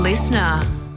Listener